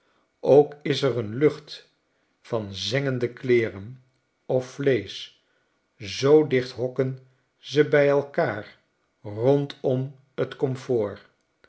ook is er een lucht van zengende kleeren of vleesch zoo dicht hokken ze bij elkaar rondom t komfoor